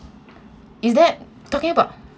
is that talking about